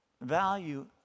Value